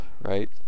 right